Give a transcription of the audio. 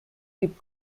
gibt